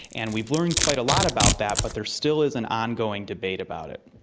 and we've learned quite a lot about that but there still is an ongoing debate about it.